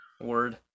Word